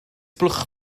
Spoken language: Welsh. blwch